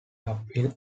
uphill